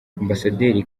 ambasaderi